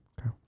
Okay